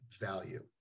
value